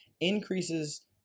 increases